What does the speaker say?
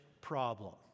problem